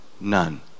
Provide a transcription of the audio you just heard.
none